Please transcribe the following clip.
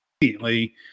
immediately